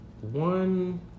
One